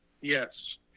yes